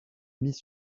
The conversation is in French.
mis